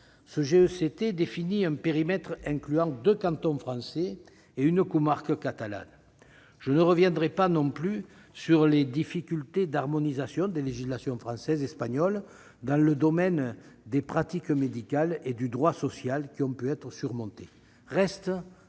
Ce GECT définit un périmètre incluant deux cantons français et une comarque catalane. Je ne reviendrai pas sur les difficultés d'harmonisation des législations française et espagnole dans le domaine des pratiques médicales et du droit social qui ont pu être surmontées.